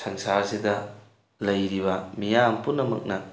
ꯁꯪꯁꯥꯔꯁꯤꯗ ꯂꯩꯔꯤꯕ ꯃꯤꯌꯥꯝ ꯄꯨꯝꯅꯃꯛꯅ